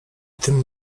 tym